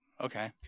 Okay